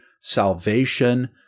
salvation